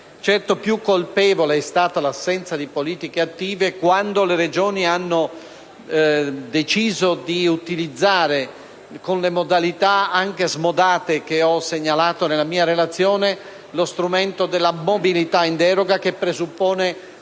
Certo, più colpevole è stata l'assenza di politiche attive quando le Regioni hanno deciso di utilizzare, con le modalità anche smodate che ho segnalato nella mia relazione, lo strumento della mobilità in deroga, che presuppone